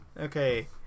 Okay